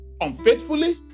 unfaithfully